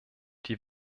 die